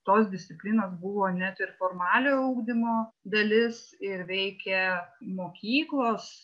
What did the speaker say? tos disciplinos buvo net ir formaliojo ugdymo dalis ir veikė mokyklos